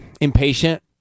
impatient